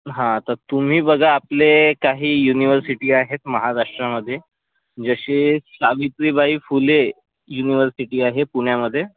हा तर तुम्ही बघा आपले काही युनिवर्सिटी आहेत महाराष्ट्रामध्ये जसे सावित्रीबाई फुले युनिवर्सिटी आहे पुण्यामध्ये